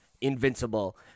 Invincible